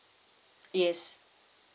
yes